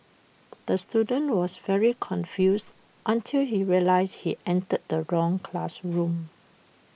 the student was very confused until he realised he entered the wrong classroom